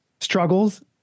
struggles